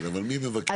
כן, אבל מי מבקר?